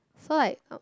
so like uh